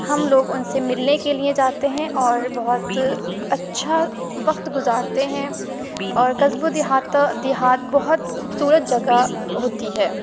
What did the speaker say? ہم لوگ ان سے ملنے کے لیے جاتے ہیں اور بہت اچھا وقت گزارتے ہیں اور قصبوں دیہات دیہات بہت خوبصورت جگہ ہوتی ہے